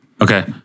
Okay